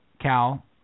Cal